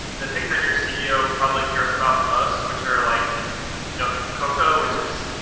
the things that your ceo probably cares about the most which are like you know coca, which is